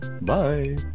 Bye